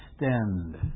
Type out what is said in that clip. extend